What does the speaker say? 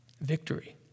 Victory